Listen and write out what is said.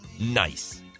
Nice